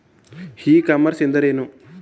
E commerce ಎಂದರೇನು?